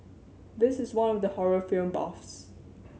this is one for the horror film buffs